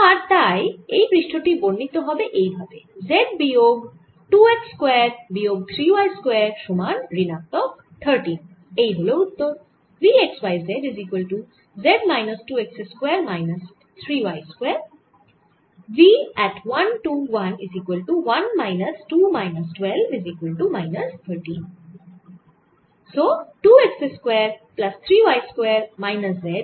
আর তাই এই পৃষ্ঠ টি বর্ণিত হবে এই ভাবে z বিয়োগ 2 x স্কয়ার বিয়োগ 3 y স্কয়ার সমান ঋণাত্মক 13 এই হল উত্তর